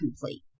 complete